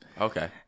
Okay